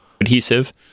adhesive